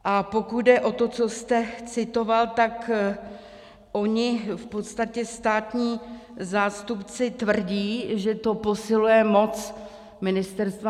A pokud jde o to, co jste citoval, tak oni v podstatě státní zástupci tvrdí, že to posiluje moc ministerstva.